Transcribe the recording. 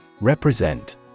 Represent